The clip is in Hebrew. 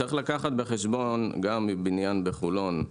גם בבניין בחולון,